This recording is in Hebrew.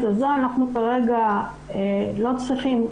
כרגע אנחנו לא צריכים